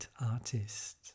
artist